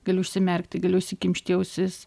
gali užsimerkti gali užsikimšti ausis